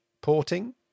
porting